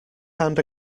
hand